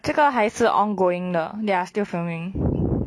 这个还是 ongoing 的 they are still filming